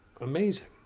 amazing